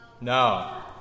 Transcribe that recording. No